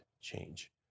change